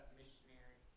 missionary